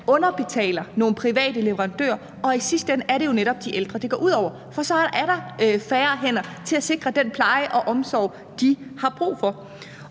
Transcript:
underbetaler nogle private leverandører, og i sidste ende er det jo netop de ældre, det går ud over, for så er der færre hænder til at sikre den pleje og omsorg, de har brug for.